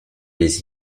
les